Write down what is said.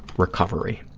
recovery.